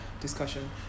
discussion